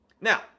Now